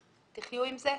תחיו עם זה?